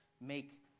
make